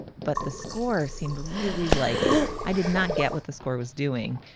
but the score seemed really like i did not get what the score was doing.